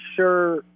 sure